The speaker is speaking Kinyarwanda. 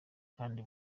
kandi